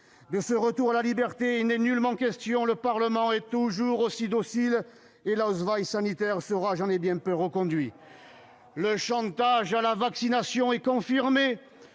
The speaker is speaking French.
De ce retour à la liberté il n'est nullement question : le Parlement est toujours aussi docile et l'sanitaire sera, j'en ai bien peur, reconduit. Le chantage à la vaccination est confirmé